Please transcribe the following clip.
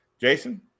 Jason